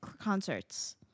concerts